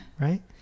right